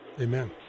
Amen